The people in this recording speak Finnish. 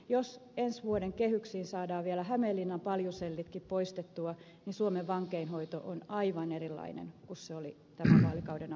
jos ensi vuoden kehyksiin saadaan vielä hämeenlinnan paljusellitkin poistettua niin suomen vankeinhoito on aivan erilainen kuin se oli tämän vaalikauden alussa